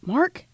Mark